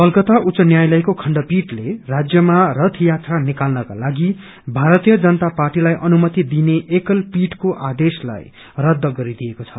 कलकत्ता उच्च न्यायालयको खण्डपीठले राज्यमा रथयात्रा निकाल्नको लागि भारतीय जनता पार्टीलाई अनुमति दिने एकल पीठको आदेशलाई रद्ध गरिदिएको छ